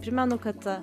primenu kad